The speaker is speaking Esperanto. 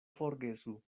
forgesu